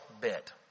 bit